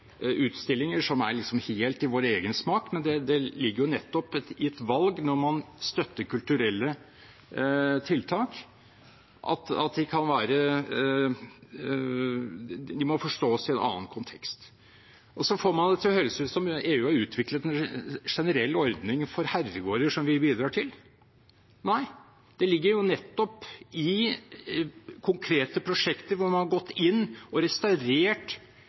utstillinger som er helt i vår egen smak, men det ligger nettopp i valget når man støtter kulturelle tiltak, at de må forstås i en annen kontekst. Og så får man det til å høres ut som at EU har utviklet en generell ordning for herregårder som vi bidrar til. Nei, det ligger nettopp i konkrete prosjekter, hvor man har gått inn og restaurert